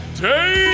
day